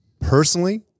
personally